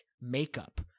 makeup